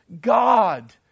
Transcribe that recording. God